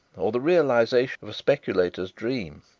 or the realization of a speculator's dream,